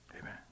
Amen